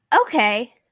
Okay